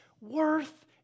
worth